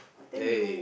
eh